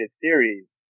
series